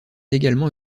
également